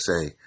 say